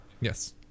yes